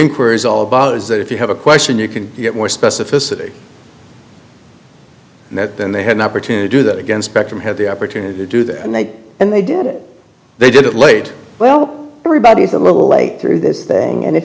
inquiries all about is that if you have a question you can get more specificity and that then they had an opportunity do that again spectrum had the opportunity to do that and they and they did it they did it late well everybody's a little late through this thing and if